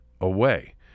away